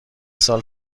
سال